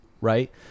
right